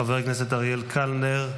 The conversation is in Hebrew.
חבר הכנסת אריאל קלנר,